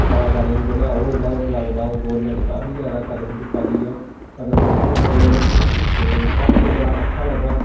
कलाकारें गी बधाओ इं'दा हौसला बधाओ गोरमैंट काफी जैदा कदम चुक्का दी ऐ कदम चुकने चाहिदे न ते सानूं ते बड़ा अच्छा लग्गा